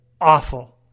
awful